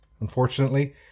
unfortunately